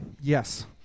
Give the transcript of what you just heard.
Yes